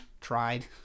tried